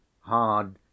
hard